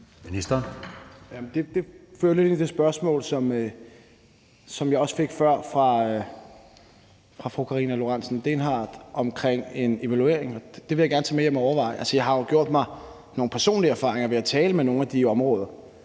Det fører lidt ind i det spørgsmål, som jeg også fik før fra fru Karina Lorentzen Dehnhardt, om en evaluering. Det vil jeg gerne tage med hjem og overveje. Altså, jeg har jo gjort mig nogle personlige erfaringer ved at tale med dem i nogle af de områder.